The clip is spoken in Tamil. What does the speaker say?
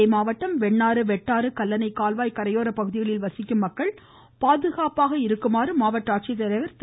தஞ்சை மாவட்டம் வெண்ணாறு வெட்டாறு கல்லணை கால்வாய் கரையோர பகுதிகளில் வசிக்கும் மக்கள் பாதுகாப்பாக இருக்குமாறு மாவட்ட ஆட்சித்தலைவர் திரு